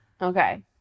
Okay